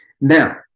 Now